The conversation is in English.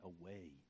away